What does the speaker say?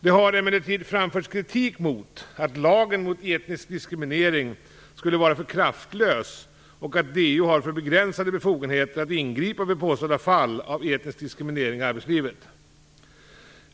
Det har emellertid framförts kritik mot att lagen mot etnisk diskriminering skulle vara för kraftlös och att DO har för begränsade befogenheter att ingripa vid påstådda fall av etnisk diskriminering i arbetslivet.